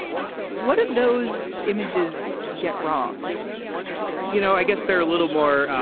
you know what are those images get wrong you know i guess they're a little more